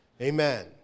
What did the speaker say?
Amen